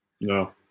No